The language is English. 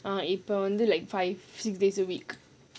uh இப்போ வந்து:ippo vandhu like five six days a week